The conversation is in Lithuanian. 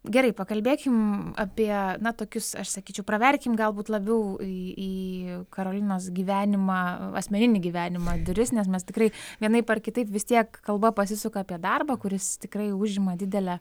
gerai pakalbėkim apie na tokius aš sakyčiau praverkim galbūt labiau į į karolinos gyvenimą asmeninį gyvenimą duris nes mes tikrai vienaip ar kitaip vis tiek kalba pasisuka apie darbą kuris tikrai užima didelę